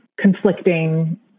conflicting